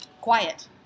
quiet